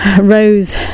Rose